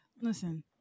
Listen